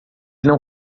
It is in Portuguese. não